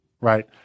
right